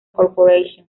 corporation